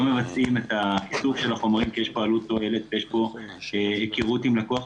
מבצעים את האיסוף של החומרים כי יש פה עלות-תועלת ויש פה היכרות עם לקוח,